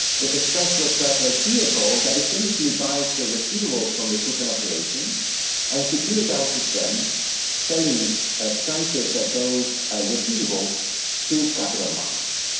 there's a special purpose vehicle that essentially buys the receivables from the equipment operations and securitizes them selling ah tranches of those ah receivables to capital markets.